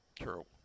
true